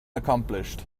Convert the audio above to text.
accomplished